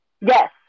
Yes